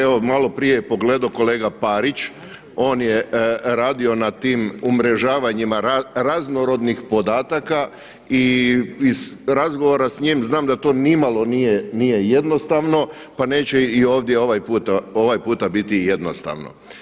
Evo malo prije je pogledao kolega Parić, on je radio na tim umrežavanjima raznorodnih podataka i iz razgovora s njim znam da to ni malo nije jednostavno, pa neće i ovdje ovaj puta biti jednostavno.